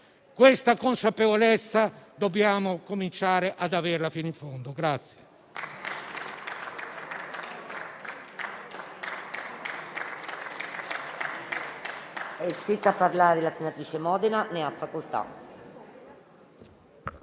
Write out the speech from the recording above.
Questa consapevolezza dobbiamo cominciare ad averla fino in fondo.